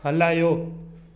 हलायो